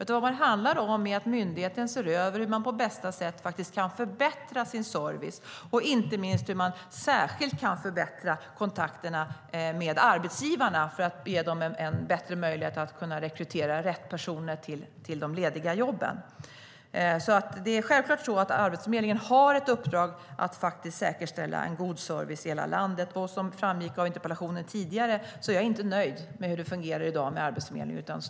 Vad det handlar om är att myndigheten ser över hur man på bästa sätt kan förbättra sin service, särskilt kontakten med arbetsgivarna för att ge dem bättre möjlighet att rekrytera rätt personer till de lediga jobben. Arbetsförmedlingen har självklart ett uppdrag att säkerställa god service i hela landet. Som framgick av tidigare interpellationer är jag inte nöjd med hur Arbetsförmedlingen fungerar i dag.